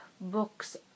books